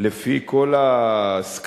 לפי כל הסקרים,